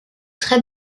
très